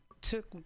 took